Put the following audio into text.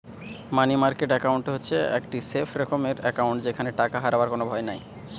মানি market account হচ্ছে একটি safe রকমের একাউন্ট যেখানে টাকা হারাবার কোনো ভয় নাই